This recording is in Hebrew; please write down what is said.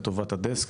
לטובת הדסק,